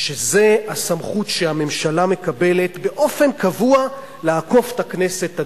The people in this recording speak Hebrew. שזו הסמכות שהממשלה מקבלת באופן קבוע לעקוף את הכנסת,